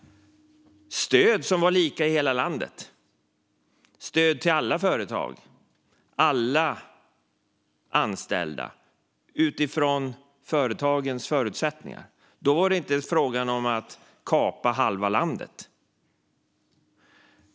Dessa stöd var lika i hela landet och gick till alla företag och anställda utifrån företagens förutsättningar. Då var det inte fråga om att kapa halva landet.